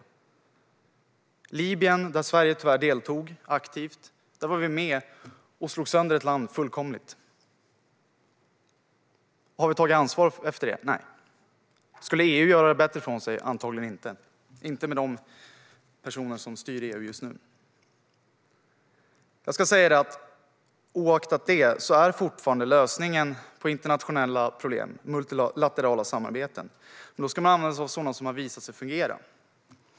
I Libyen deltog Sverige tyvärr aktivt. Vi var med och slog sönder ett land fullkomligt. Har vi tagit ansvar efter det? Nej. Skulle EU göra bättre ifrån sig? Antagligen inte - inte med de personer som styr EU just nu. Oaktat detta är multilaterala samarbeten fortfarande lösningen på internationella problem. Men då ska man använda sig av sådana som har visat sig fungera.